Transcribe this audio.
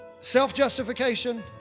self-justification